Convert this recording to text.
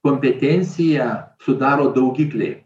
kompetenciją sudaro daugikliai